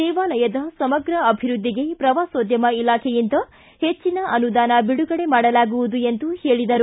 ದೇವಾಲಯದ ಸಮಗ್ರ ಅಭಿವೃದ್ಲಿಗೆ ಪ್ರವಾಸೋದ್ಯಮ ಇಲಾಖೆಯಿಂದ ಹೆಚ್ಚಿನ ಅನುದಾನ ಬಿಡುಗಡೆ ಮಾಡಲಾಗುವುದು ಎಂದು ಹೇಳಿದರು